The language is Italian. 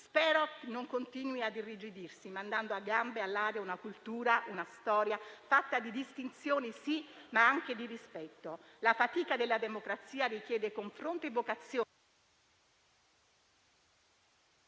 spero non continui a irrigidirsi, mandando a gambe all'aria una cultura e una storia fatte di distinzioni, sì, ma anche di rispetto. La fatica della democrazia richiede confronto e vocazione